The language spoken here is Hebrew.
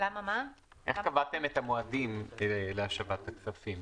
איך קבעתם את המועדים להשבת הכספים?